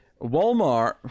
Walmart